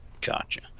gotcha